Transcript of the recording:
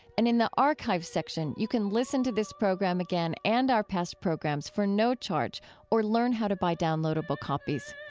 and in the archive section, you can listen to this program again and our past programs for no charge or learn how to buy downloadable copies.